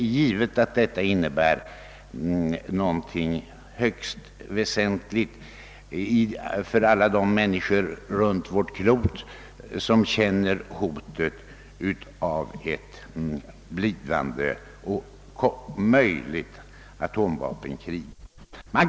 Givetvis skulle detta betyda någonting högst väsentligt för alla de länder runt vårt klot som nu känner hotet av ett atomvapenkrig.